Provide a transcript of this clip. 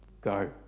go